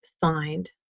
find